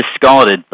discarded